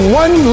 one